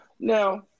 Now